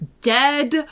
dead